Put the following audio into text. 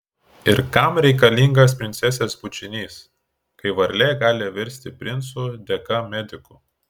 ir kam reikalingas princesės bučinys kai varlė gali virsti princu dėka medikų